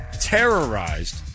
terrorized